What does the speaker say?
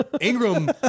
Ingram